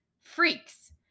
freaks